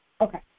Okay